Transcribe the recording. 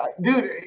dude